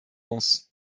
muss